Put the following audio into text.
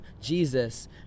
Jesus